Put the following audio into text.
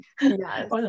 Yes